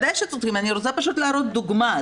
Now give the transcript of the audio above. בוודאי שצודקים, אני רוצה פשוט להראות דוגמה.